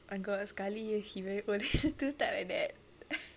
oh my god sekali he very old he still type like that